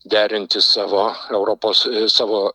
derinti savo europos savo